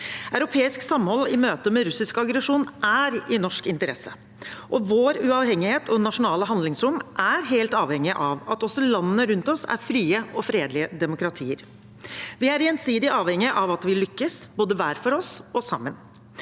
Europeisk samhold i møte med russisk aggresjon er i norsk interesse. Vår uavhengighet og vårt nasjonale handlingsrom er helt avhengige av at også landene rundt oss er frie og fredelige demokratier. Vi er gjensidig avhengige av at vi lykkes både hver for oss og sammen.